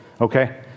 Okay